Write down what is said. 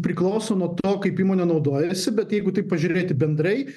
priklauso nuo to kaip įmonė naudojasi bet jeigu taip pažiūrėti bendrai